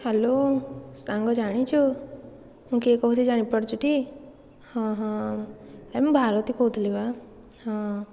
hello ସାଙ୍ଗ ଜାଣିଛୁ ମୁଁ କିଏ କହୁଛି ଜାଣିପାରୁଛୁ ଟି ହଁ ହଁ ଏଇ ମୁଁ ଭାରତୀ କହୁଥିଲି ବା ହଁ